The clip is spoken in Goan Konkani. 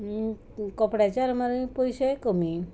कपड्यांच्या आरमारीन पयशेय कमी